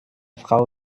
frau